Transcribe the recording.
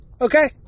Okay